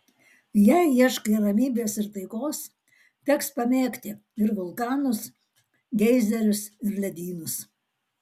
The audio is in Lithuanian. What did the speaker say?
jei ieškai ramybės ir taikos teks pamėgti ir vulkanus geizerius ir ledynus